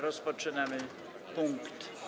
Rozpoczynamy punkt.